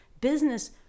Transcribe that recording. Business